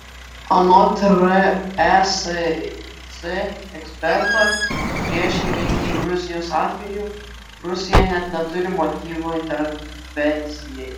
anot resc eksperto priešingai nei gruzijos atveju rusija net neturi motyvo intervencijai